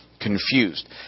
confused